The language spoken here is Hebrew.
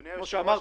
כמו שאמרתי,